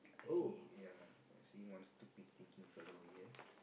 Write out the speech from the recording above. I see ya I see one stupid stinky fellow here